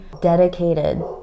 dedicated